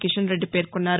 కిషన్రెడ్డి పేర్కొన్నారు